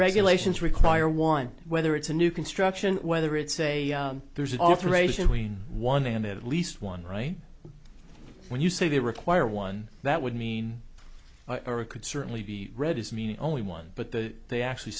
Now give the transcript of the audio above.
regulations require one whether it's a new construction whether it's a there's alteration when one and at least one right when you say they require one that would mean or could certainly be read as meaning only one but the they actually